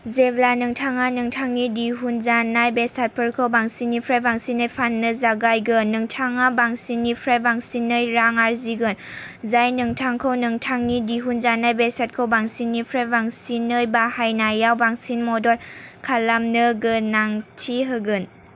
जेब्ला नोंथाङा नोंथांनि दिहुनजानाय बेसादफोरखौ बांसिननिफ्राय बांसिनै फाननो जागायगोन नोंथाङा बांसिननिफ्राय बांसिनै रां आर्जिगोन जाय नोंथांखौ नोंथांनि दिहुनजानाय बेसादखौ बांसिननिफ्राय बांसिनै बानायनायाव बांसिन मद'द खालामनो गनायथि होगोन